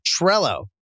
Trello